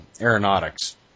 aeronautics